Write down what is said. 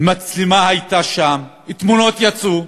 מצלמה הייתה שם, תמונות יצאו,